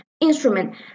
instrument